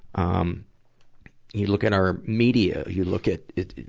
um you look at our media, you look at, at,